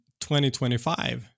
2025